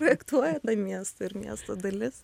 projektuoja miestą ir miesto dalis